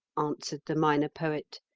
answered the minor poet.